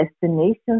destination